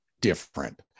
different